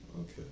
Okay